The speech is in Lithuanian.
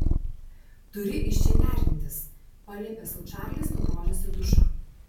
turi iš čia nešdintis paliepė sau čarlis nudrožęs į dušą